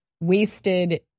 wasted